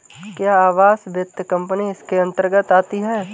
क्या आवास वित्त कंपनी इसके अन्तर्गत आती है?